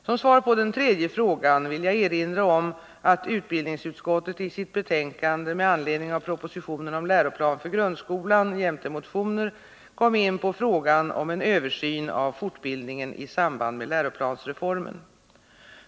Som svar på den tredje frågan vill jag erinra om att utbildningsutskottet i sitt betänkande med anledning av propositionen om läroplan för grundskolan jämte motioner kom in på frågan om en översyn av fortbildningen i samband med läroplansreformen .